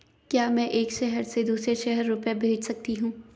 क्या मैं एक शहर से दूसरे शहर रुपये भेज सकती हूँ?